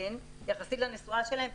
יחסית לנסועה שלהם.